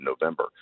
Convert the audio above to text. November